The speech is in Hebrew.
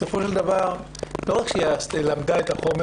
בסופו של דבר לא רק שהיא למדה את החומר